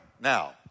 Now